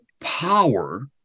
power